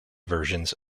versions